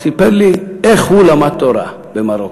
והוא סיפר לי איך הוא למד תורה במרוקו.